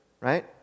right